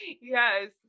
yes